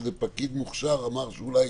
איזה פקיד מוכשר אמר שאולי